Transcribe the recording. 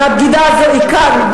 והבגידה הזאת היא כאן,